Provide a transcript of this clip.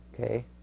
Okay